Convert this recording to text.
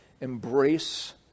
embrace